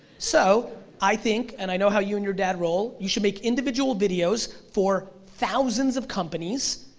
so i think, and i know how you and your dad roll, you should make individual videos for thousands of companies,